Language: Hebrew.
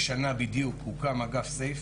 בדיוק הוקם אגף "סייף".